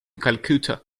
calcutta